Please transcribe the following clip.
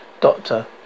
Doctor